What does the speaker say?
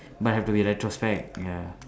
but have to be retrospect ya